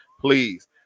please